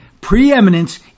preeminence